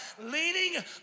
Leaning